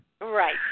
Right